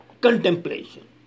contemplation